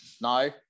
No